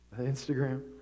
Instagram